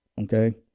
okay